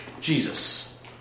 Jesus